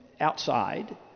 outside